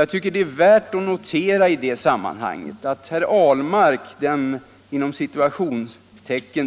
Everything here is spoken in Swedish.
Jag tycker att det är värt att notera i det sammanhanget att herr Ahlmark, ”den